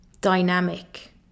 dynamic